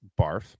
Barf